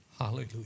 Hallelujah